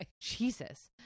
Jesus